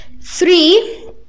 three